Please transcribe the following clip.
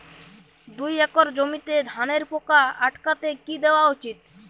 দুই একর জমিতে ধানের পোকা আটকাতে কি দেওয়া উচিৎ?